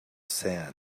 sand